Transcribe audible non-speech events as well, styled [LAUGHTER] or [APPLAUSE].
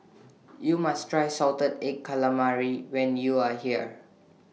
[NOISE] YOU must Try Salted Egg Calamari when YOU Are here